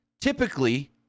typically